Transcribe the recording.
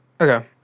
Okay